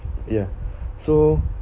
ya so